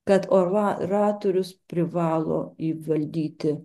kad oratorius privalo įvaldyti